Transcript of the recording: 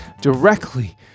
directly